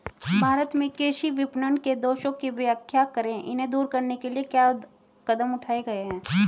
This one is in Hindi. भारत में कृषि विपणन के दोषों की व्याख्या करें इन्हें दूर करने के लिए क्या कदम उठाए गए हैं?